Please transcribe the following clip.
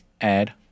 add